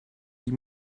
die